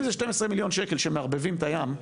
אם זה 12 מיליון שקל שמערבבים את הים,